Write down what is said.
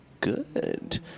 good